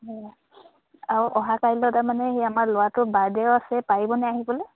আৰু অহা কাইলে তাৰমানে সেই আমাৰ ল'ৰাটোৰ বাৰ্থডেও আছে পাৰিবনে আহিবলে